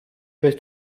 per